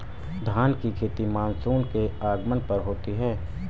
धान की खेती मानसून के आगमन पर होती है